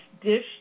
dish